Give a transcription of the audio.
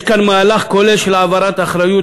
יש כאן מהלך כולל של העברת האחריות